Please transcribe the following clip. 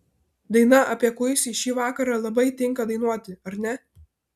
daina apie kuisį šį vakarą labai tinka dainuoti ar ne